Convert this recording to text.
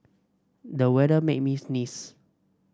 the weather made me sneeze